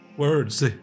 words